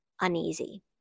uneasy